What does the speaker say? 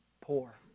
poor